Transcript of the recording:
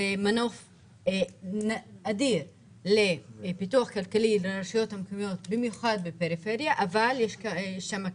זה מנוף אדיר לרשויות מקומיות אבל יש קאצ'.